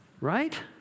Right